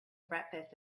breakfast